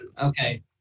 Okay